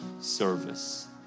service